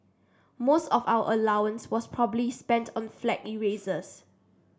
most of our allowance was probably spent on flag erasers